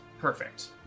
Perfect